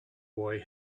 boy